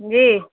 जी